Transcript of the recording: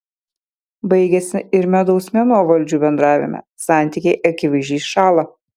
baigiasi ir medaus mėnuo valdžių bendravime santykiai akivaizdžiai šąla